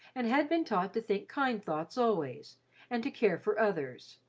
and had been taught to think kind thoughts always and to care for others.